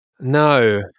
No